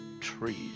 trees